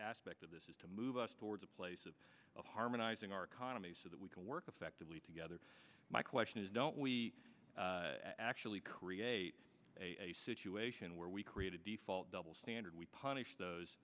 aspect of this is to move us towards a place of harmonizing our economy so that we can work effectively together my question is don't we actually create a situation where we create a default double standard we punish those